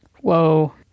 Whoa